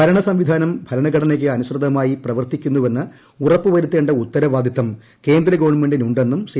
ഭരണസംവിധാനം ഭരണഘടനയ്ക്ക് അനുസൃതമായി പ്രവർത്തിക്കുന്നുവെന്ന് ഉറപ്പുവരുത്തേണ്ട ഉത്തരവാദിത്തം കേന്ദ്രഗവൺമെന്റിന് ഉണ്ടെന്നും ശ്രീ